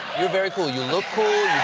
you're very cool. you look cool.